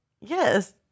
Yes